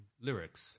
lyrics